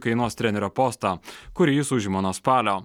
kainuos trenerio postą kurį jis užima nuo spalio